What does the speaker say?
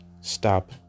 Stop